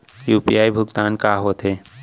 UPI भुगतान का होथे?